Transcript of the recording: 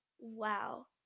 Wow